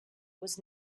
was